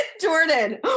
Jordan